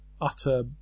utter